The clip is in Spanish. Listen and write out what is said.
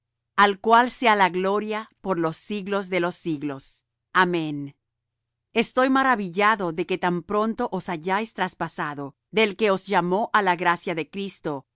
al cual sea la gloria por siglos de siglos amén estoy maravillado de que tan pronto os hayáis traspasado del que os llamó á la gracia de cristo